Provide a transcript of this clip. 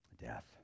Death